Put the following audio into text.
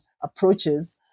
approaches